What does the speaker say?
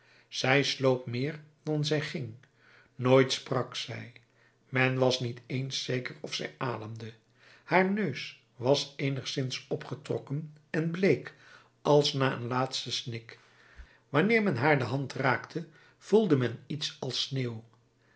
zij sloop meer dan zij ging nooit sprak zij men was niet eens zeker of zij ademde haar neus was eenigszins opgetrokken en bleek als na een laatsten snik wanneer men haar hand raakte voelde men iets als sneeuw